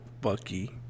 bucky